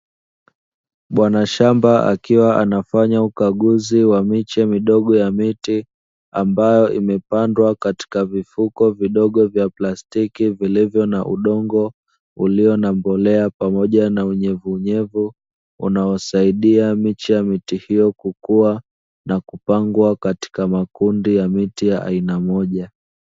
Bwana shamba akiwa anafanya ukaguzi wa miche midogo ya miti ambayo imepandwa katika vifuko vidogo vya plastiki, vilivyo na udongo ulio na mbolea pamoja na unyevunyevu unaosaidia miche ya miti hiyo kukua na kupangwa katika makundi ya miti ya aina moja.